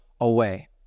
away